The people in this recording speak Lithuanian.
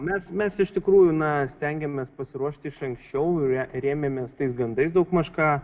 mes mes iš tikrųjų na stengiamės pasiruošti iš anksčiau rėmėmės tais gandais daugmaž ką